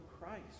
Christ